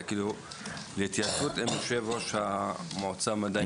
לגבי התייעצות עם יושב ראש המועצה המדעית.